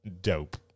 dope